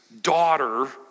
daughter